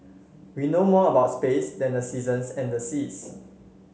we know more about space than the seasons and the seas